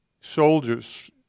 soldiers